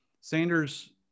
Sanders –